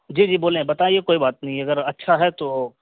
جی جی بولیں بتائیے کوئی بات نہیں اگر اچھا ہے تو